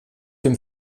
dem